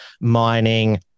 Mining